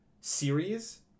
series